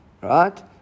right